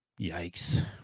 Yikes